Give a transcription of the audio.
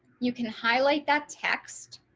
you can highlight that text.